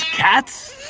cats?